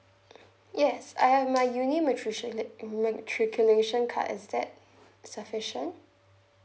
yes I have my uni matriculat~ matriculation card is that sufficient